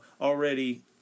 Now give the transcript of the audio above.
already